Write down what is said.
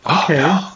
okay